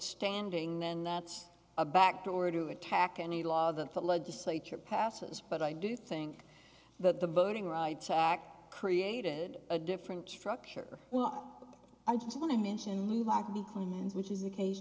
standing then that's a back door to attack any law that the legislature passes but i do think that the voting rights act created a different structure well i just want to mention levi be clean hands which is a case